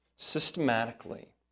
systematically